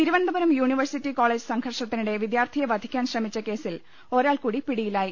Thiruvananthapuram university college സംഘർഷത്തിനിടെ വിദ്യാർത്ഥിയെ വധിക്കാൻ ശ്രമിച്ച കേസിൽ ഒരാൾകൂടി പിടിയിലായി